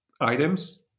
items